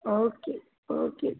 okay okay ਜੀ